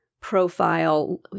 profile